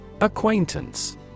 Acquaintance